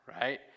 right